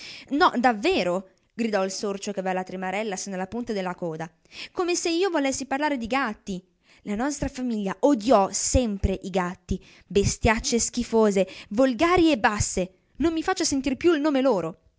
no davvero gridò il sorcio che avea la tremarella sino alla punta della coda come se io volessi parlare dei gatti la nostra famiglia odiò sempre i gatti bestiaccie schifose volgari e basse non mi faccia sentir più il nome loro